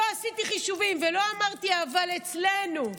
לא עשיתי חישובים ולא אמרתי: אבל אצלנו.